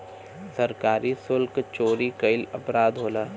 सरकारी सुल्क चोरी कईल अपराध होला